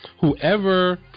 whoever